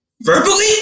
Verbally